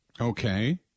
Okay